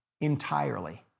entirely